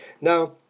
Now